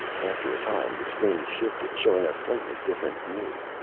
after a time the screen shifted, showing a slightly different view.